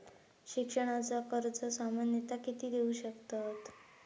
शिक्षणाचा कर्ज सामन्यता किती देऊ शकतत?